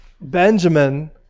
Benjamin